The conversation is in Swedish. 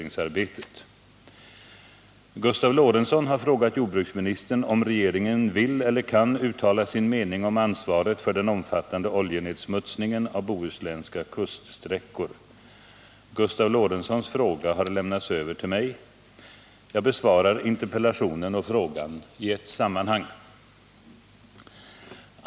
Gustav Lorentzon har frågat jordbruksministern om regeringen vill eller kan uttala sin mening om ansvaret för den omfattande oljenedsmutsningen av bohuslänska kuststräckor. Gustav Lorentzons fråga har lämnats över till mig. Jag besvarar interpellationen och frågan i ett sammanhang.